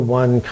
one